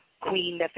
Queen